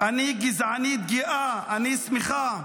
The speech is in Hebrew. אני גזענית גאה, אני שמחה.